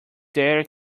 their